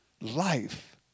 Life